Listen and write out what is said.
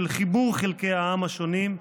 של חיבור חלקי העם השונים.